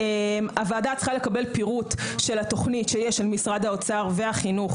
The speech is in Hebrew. הוועדה צריכה לקבל פירוט של התוכנית שיש של משרד האוצר והחינוך,